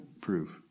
prove